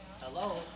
Hello